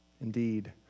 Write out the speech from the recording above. Indeed